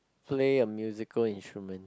play a musical instrument